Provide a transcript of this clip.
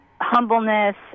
humbleness